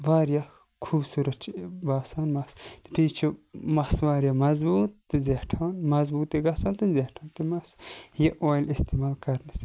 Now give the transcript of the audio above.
واریاہ خوٗبصوٗرَت چھُ یہِ باسان مَس تہٕ یہِ چھُ مَس واریاہ مَضبوٗط تہٕ زیٹھان مَضبوٗط تہِ گَژھان تہِ زیٹھان تہِ مَس یہِ اۄیل اِستعمال کَرنہٕ سۭتۍ